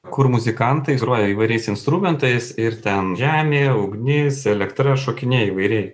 kur muzikantai groja įvairiais instrumentais ir ten žemė ugnies elektra šokinėja įvairiai